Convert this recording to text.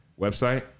Website